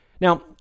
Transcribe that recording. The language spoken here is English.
Now